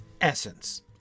essence